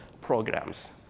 programs